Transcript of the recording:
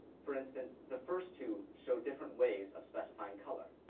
for instance, the first two show different ways of specifying color.